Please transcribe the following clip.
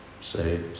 say